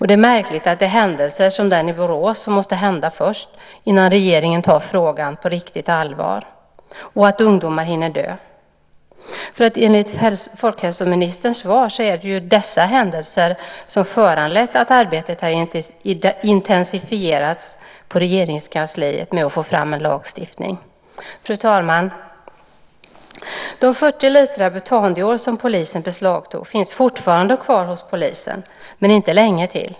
Det är märkligt att en händelse som den i Borås måste inträffa och ungdomar hinna dö innan regeringen tar frågan på riktigt allvar. Enligt folkhälsoministerns svar är det dessa händelser som har föranlett att arbetet intensifierats på Regeringskansliet med att få fram en lagstiftning. Fru talman! De 40 liter butandiol som polisen beslagtog finns fortfarande kvar hos polisen, men inte länge till.